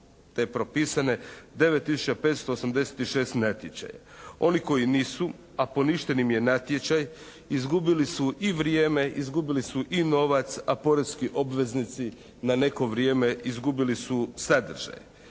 te propisane, 9 tisuća 586 natječaja. Oni koji nisu, a poništen im je natječaj, izgubili su i vrijeme, izgubili su i novac, a porezni obveznici na neko vrijeme izgubili su sadržaj.